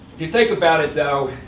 if you think about it, though,